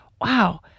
wow